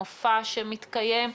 מופע שמתקיים,